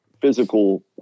physical